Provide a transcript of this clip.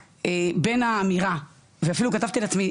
בין האמירה ואפילו כתבתי לעצמי,